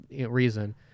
reason